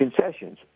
concessions